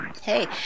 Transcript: Hey